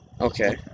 Okay